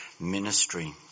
ministry